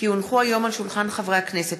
כי הונחו היום על שולחן הכנסת,